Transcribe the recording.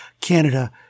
Canada